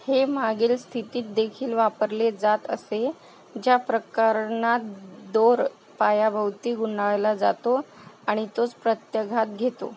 हे मागील स्थितीत देखील वापरले जात असे ज्या प्रकरणात दोर पायाभोवती गुंडाळला जातो आणि तोच प्रत्याघात घेतो